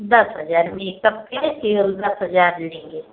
दस हज़ार जी सबके लिए केवल दस हज़ार लेंगे